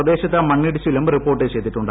പ്രദേശത്ത് മണ്ണിടിച്ചിലും റിപ്പോർട്ട് ചെയ്തിട്ടുണ്ട്